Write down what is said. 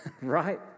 right